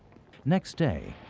next day,